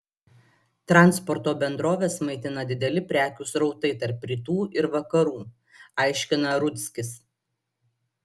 transporto bendroves maitina dideli prekių srautai tarp rytų ir vakarų aiškina rudzkis